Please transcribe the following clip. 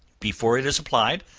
before it is applied,